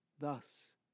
Thus